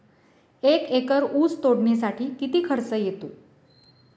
एक एकर ऊस तोडणीसाठी किती खर्च येतो?